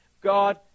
God